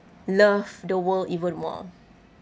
love the world even more